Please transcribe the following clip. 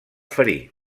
ferir